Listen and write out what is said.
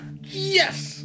Yes